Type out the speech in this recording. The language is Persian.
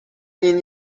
این